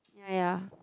ya